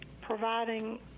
providing